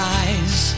eyes